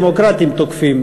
הדמוקרטים תוקפים,